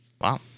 Wow